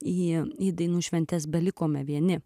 jie į dainų šventes belikome vieni